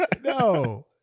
no